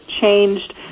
changed